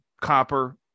copper